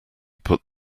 put